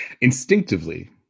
Instinctively